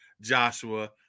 joshua